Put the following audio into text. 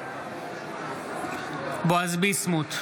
בעד בועז ביסמוט,